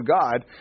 God